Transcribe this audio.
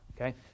okay